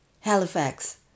Halifax